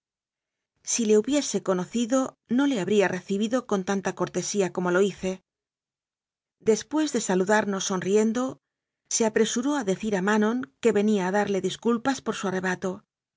si le hubiese conocido no le habría recibido con tanta corte sía como lo hice después de saludarnos sonriendo se apresuró a decir a manon que venía a darle disculpas por su arrebato